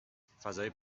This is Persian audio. فضای